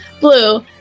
blue